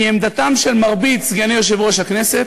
היא עמדתם של מרבית סגני יושב-ראש הכנסת,